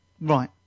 Right